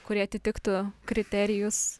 kurie atitiktų kriterijus